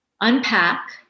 unpack